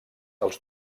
els